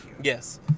yes